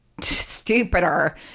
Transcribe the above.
stupider